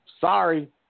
Sorry